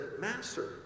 Master